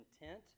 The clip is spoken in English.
intent